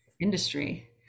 industry